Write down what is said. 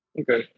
Okay